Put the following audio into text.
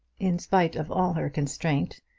in spite of all her constraint,